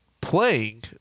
playing